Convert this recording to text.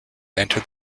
enter